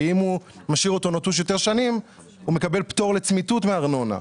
כי אם הוא משאיר אותו נטוש יותר שנים הוא מקבל פטור לצמיתות מארנונה.